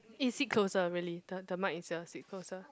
eh sit closer really the the mic is here stay closer